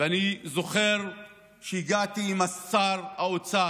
ואני זוכר שהגעתי עם שר האוצר,